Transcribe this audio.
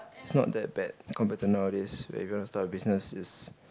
it's not that bad compared to nowadays where if you wanna start a business is